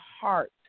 heart